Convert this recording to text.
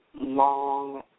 long